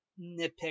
nitpick